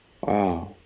Wow